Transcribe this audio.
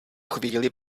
chvíli